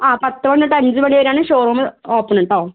ആ പത്ത് മണി തൊട്ട് അഞ്ച് മണി വരെ ആണ് ഷോറൂം ഓപ്പൺ കേട്ടോ